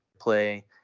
play